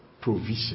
provision